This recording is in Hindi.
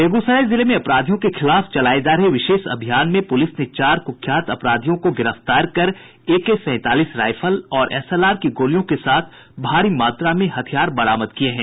बेगूसराय जिले में अपराधियों के खिलाफ चलाये जा रहे विशेष अभियान में पुलिस ने चार कुख्यात अपराधियों को गिरफ्तार कर एके सैंतालीस राइफल और एसएलआर की गोलियों के साथ भारी मात्रा में हथियार बरामद किये हैं